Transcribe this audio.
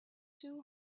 too